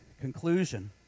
conclusion